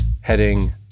heading